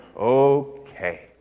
okay